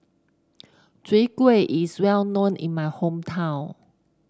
Chwee Kueh is well known in my hometown